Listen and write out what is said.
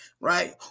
Right